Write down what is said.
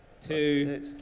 Two